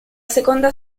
seconda